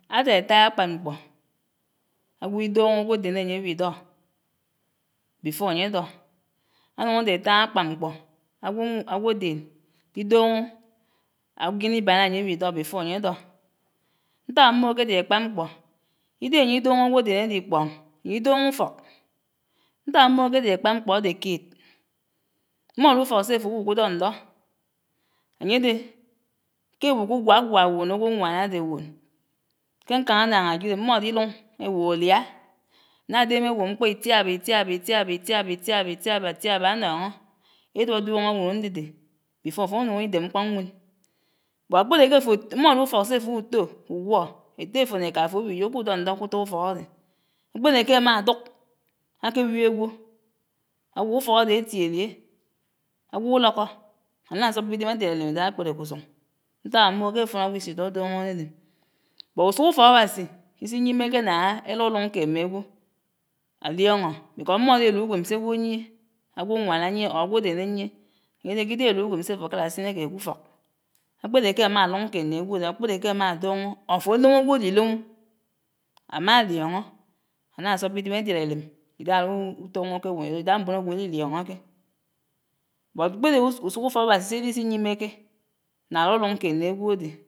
Ádé átáá ákpán mkpó ágwo íduñó ágwodén áyé áwí dó before áyé dó. Anuñ ádé átáá ákpán mkpó ágwodén íduñó ájén íbán áyé w'ídó before áyé dó. Ntáhá mmòhò kédé ákpá mkpó, ídéhé áy'íduñó ágwodén ádé íkpóñ, íduño ufók. Ntáhá ámòhò ké ádé ákpá mkpó ádé kéd; mmód'ufók sé áfo áwuk'udóndó ányédé ké áwuk'ugwágwá wòn ágwoñwán ádé wòn, ké ñkáñ ánááñ ájid em mód'íluñ éwohò áliá, ánádémé wòn mkpó ítiábá ítiábá ítiábá ítiábá ítiábá ítiábá ítiábá ánóñó, éduóduóñó duon ándédé before áfonuñó ááridéb mkpó ñwén, bót àkpéré ké áfo, mmódé ufók sé áfo w'utò ugwó étté áfo né éká áfo éwo íyò k'udóndó kutó ufók ádé. Kpéré ké ámáduk ákéwib ágwo, áwo ufók ádé átiélié? ágwo ulókó áná sóp'ídém ádiád élém ídáhá ákpéréké usuñ, nták ámòhò ké áfón ágwo ísí íduduñó ádédé, bót usuk ufókáwásí ísíyiméké ná éluluñ kéd mmé ágwo álióñó bicós mmódé él'uwém sé ágwo áyié, ágwoñwán áyié or ágwodén áyié, áyédé kídéhé éluwém sé áfokár'ásinékéd k'ufók, ákpédé k'ámá áluñ kéd nné ágwo, ákpédé k'ámá áduñó or áfo álòmò ágwo dé ílòmò, ámálióñó áná sóp'ídém ádiád élém ídáhá utuñó ké ídáhá mbonágwo élilióñó ké, bót kpédé usuk ufókáwási sídís'íyiméké ná áruruñ kéd nné ágwodé